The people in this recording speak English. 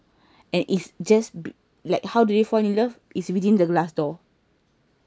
and it's just like how do you fall in love is within the glass door